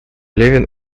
левин